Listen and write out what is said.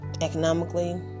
economically